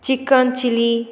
chicken chilly